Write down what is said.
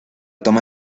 toma